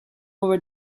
laura